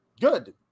good